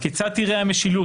כיצד תיראה "המשילות",